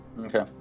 Okay